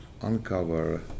uncover